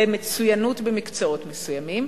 של מצוינות במקצועות מסוימים,